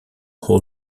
whole